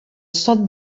sot